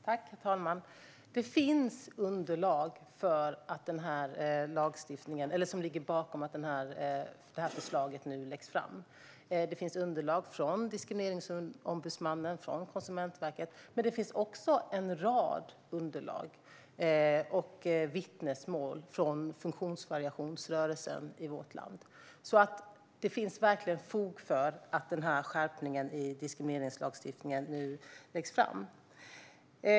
Herr talman! Det finns underlag till detta lagförslag. Det finns underlag från Diskrimineringsombudsmannen och Konsumentverket. Det finns också en rad underlag och vittnesmål från funktionsvariationsrörelsen i vårt land. Det finns alltså verkligen fog för att denna skärpning i diskrimineringslagstiftningen läggs fram.